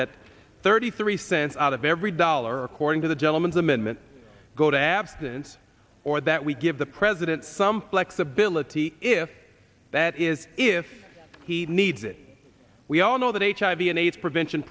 that thirty three cents out of every dollar according to the gentleman's amendment go to abstinence or that we give the president some flexibility if that is if he needs it we all know that hiv and aids prevention